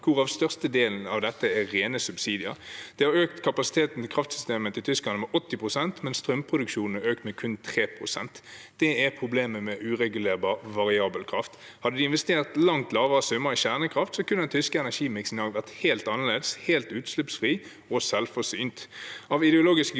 hvorav størstedelen av dette er rene subsidier. De har økt kapasiteten på kraftsystemet til tyskerne med 80 pst., men strømproduksjonen er økt med kun 3 pst. Det er problemet med uregulerbar, variabel kraft. Hadde de investert langt lavere summer i kjernekraft, kunne den tyske energimiksen vært helt annerledes, helt utslippsfri og selvforsynt. Av ideologiske grunner